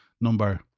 number